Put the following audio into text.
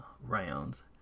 rounds